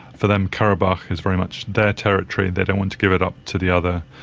for them karabakh is very much their territory, they don't want to give it up to the other,